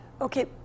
Okay